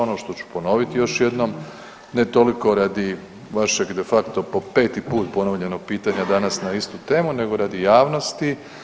Ono što ću ponoviti još jednom, ne toliko radi vašeg de facto po peti ponovljenog pitanja danas na istu temu, nego radi javnosti.